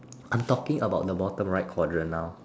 I'm talking about the bottom right quadrant now